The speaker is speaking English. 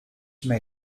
may